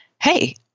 hey